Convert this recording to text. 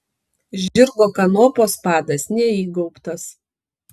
žirgo kanopos padas neįgaubtas